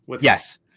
Yes